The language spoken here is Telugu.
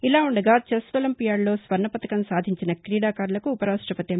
ఇలా ఉండగా చెస్ ఒలంపియాడ్లో స్వర్ణపతకం సాధించిన క్రీడాకారులకు ఉపరాష్టపతి ఎం